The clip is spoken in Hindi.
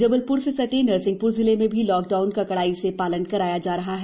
जबलप्र से सटे नरसिंहप्र जिले में भी लॉक डाउन का कड़ाई से पालन कराया जा रहा है